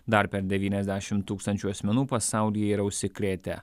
dar per devyniasdešimt tūkstančių asmenų pasaulyje yra užsikrėtę